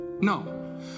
No